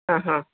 ആ ഹാ